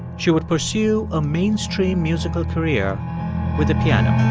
she would pursue a mainstream musical career with the piano